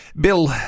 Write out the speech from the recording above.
Bill